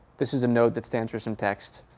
this is a node that stands for some text.